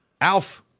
Alf